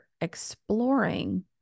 exploring